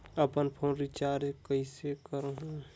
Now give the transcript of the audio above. अपन phone recharge कइसे करहु?